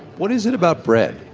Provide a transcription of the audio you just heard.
what is it about bread?